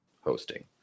hosting